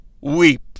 weep